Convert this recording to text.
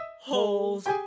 holes